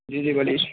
جی جی بولیے